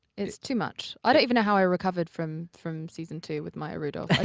it's too much. i don't even know how i recovered from from season two with maya rudolph.